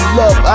love